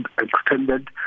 extended